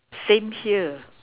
same here